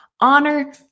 Honor